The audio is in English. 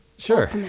Sure